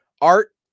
Art